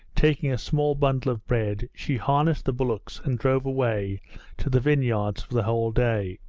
taking a small bundle of bread, she harnessed the bullocks and drove away to the vineyards for the whole day.